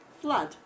Flood